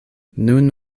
nun